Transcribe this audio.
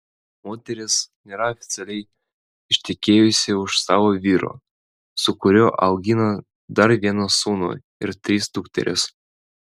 moteris nėra oficialiai ištekėjusi už savo vyro su kuriuo augina dar vieną sūnų ir tris dukteris